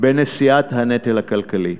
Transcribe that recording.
בנשיאת הנטל הכלכלי.